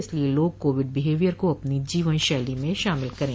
इसलिये लोग Covid behaviour को अपनी जीवन शैली में शामिल करे